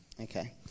okay